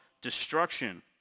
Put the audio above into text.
destruction